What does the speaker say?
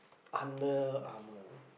Under-Armour